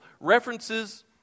References